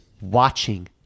watching